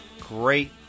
great